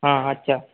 हां अच्छा